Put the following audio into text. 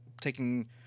taking